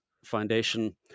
foundation